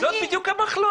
זה בדיוק הסיפור.